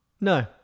No